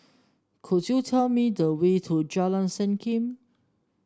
could you tell me the way to Jalan Senyum